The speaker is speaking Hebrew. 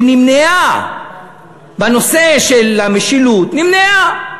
שנמנעה בנושא של המשילות נמנעה,